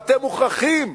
אתם מוכרחים,